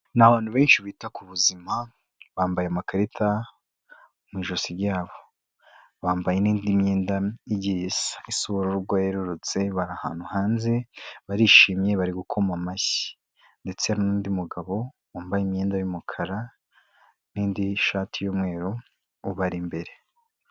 N'abantu benshi bita ku buzima bambaye amakarita mu ijosi ryabo, bambaye indi myenda igiye isa ubururu bwerurutse bri ahantu hanze barishimye bari gukoma amashyi, ndetse n'undi mugabo wambaye imyenda yumukara ni shati y'umweru ubari imbere.